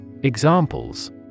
Examples